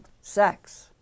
sex